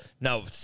No